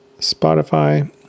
Spotify